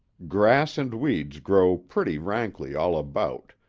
grass and weeds grow pretty rankly all about,